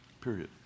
period